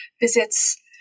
visits